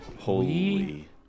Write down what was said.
Holy